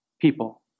people